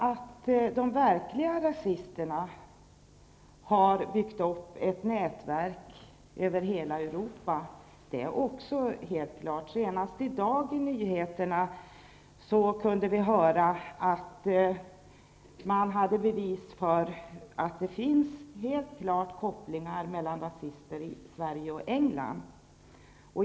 Att de verkliga rasisterna har byggt upp ett nätverk över hela Europa är också helt klart. Senast i dag kunde vi i nyheterna höra att man hade klara bevis för kopplingarna mellan rasister i Sverige och rasister i England.